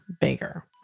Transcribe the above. bigger